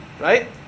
right